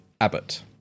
Abbott